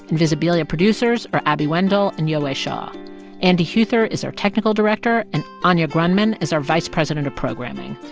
invisibilia producers are abby wendle and yowei shaw andy huether is our technical director, and anya grundmann is our vice president of programming.